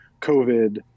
COVID